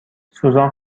سوزان